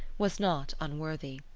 was not unworthy.